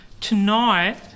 tonight